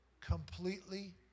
completely